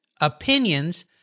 opinions